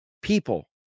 people